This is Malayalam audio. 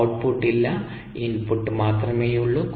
ഔട്ട്പുട്ട് ഇല്ല ഇൻപുട്ട് മാത്രമേ യുള്ളൂ